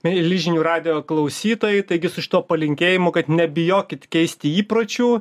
mieli žinių radijo klausytojai taigi su šituo palinkėjimu kad nebijokit keisti įpročių